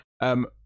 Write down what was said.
Um-